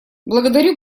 благодарю